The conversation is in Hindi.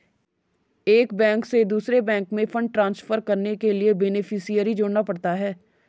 एक बैंक से दूसरे बैंक में फण्ड ट्रांसफर करने के लिए बेनेफिसियरी जोड़ना पड़ता है